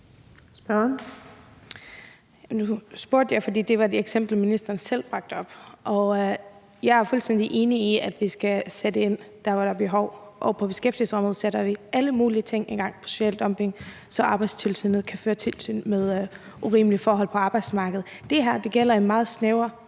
Nu spurgte jeg, fordi det var det eksempel, ministeren selv bragte op. Jeg er fuldstændig enig i, at vi skal sætte ind, hvor der er behov, og på beskæftigelsesområdet sætter vi alle mulige ting i gang mod social dumping, så Arbejdstilsynet kan føre tilsyn med urimelige forhold på arbejdsmarkedet. Det her gælder en meget snæver